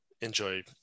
enjoy